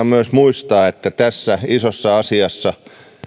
myös muistaa että tässä isossa asiassa